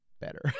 better